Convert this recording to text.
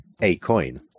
A-Coin